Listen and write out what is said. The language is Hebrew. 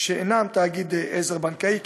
שאינם תאגיד עזר בנקאי,